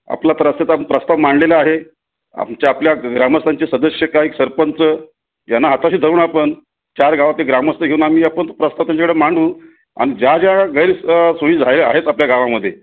आपला तो रस्त्याचा आपण प्रस्ताव मांडलेला आहे आमच्या आपल्या ग्रामस्थांचे सदस्य काही सरपंच याना हाताशी धरून आपण चार गावातले ग्रामस्थ घेऊन आणि आपण तो प्रस्ताव त्यांच्याकडं मांडू आणि ज्या ज्या गैरसं सोयी झालेल्या आहेत आपल्या गावामध्ये